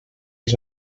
els